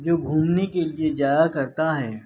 جو گھومنے کے لیے جایا کرتا ہے